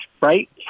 right